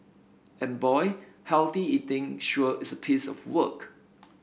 and boy healthy eating sure is a piece of work